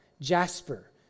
Jasper